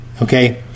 Okay